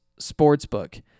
Sportsbook